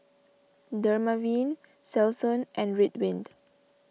Dermaveen Selsun and Ridwind